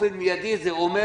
וזה אומר